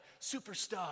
superstar